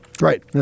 Right